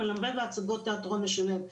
המלווה בהצגות תיאטרון משלם,